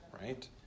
right